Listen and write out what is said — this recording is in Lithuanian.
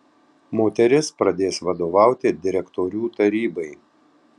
moteris pradės vadovauti direktorių tarybai